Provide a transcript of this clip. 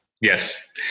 Yes